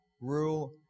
rule